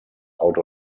out